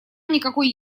никакой